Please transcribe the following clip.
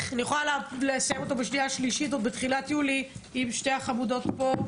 אני יכולה לסיים אותו בשנייה-שלישית עוד בתחילת יולי עם שתי החמודות פה,